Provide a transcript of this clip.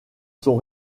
sont